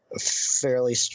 fairly